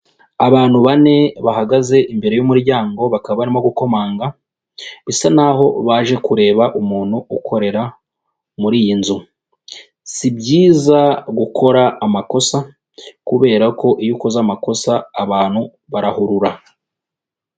Abantu bane bahagaze imbere y'umuryango bakaba barimo gukomanga bisa naho baje kureba umuntu ukorera muri iyi nzu, si byiza gukora amakosa kubera ko iyo ukoze amakosa abantu barahurura.